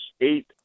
eight